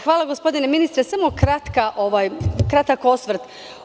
Hvala gospodine ministre, samo kratak osvrt.